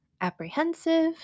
Apprehensive